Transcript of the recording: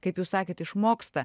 kaip jūs sakėt išmoksta